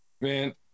man